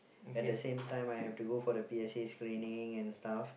at the same time I have to go for the P_S_A screening and stuff